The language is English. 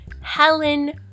Helen